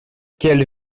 qu’elles